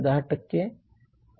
1 आहे